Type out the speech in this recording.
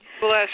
Bless